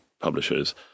publishers